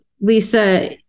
Lisa